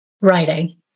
writing